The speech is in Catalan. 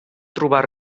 trobar